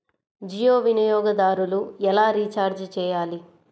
జియో వినియోగదారులు ఎలా రీఛార్జ్ చేయాలి?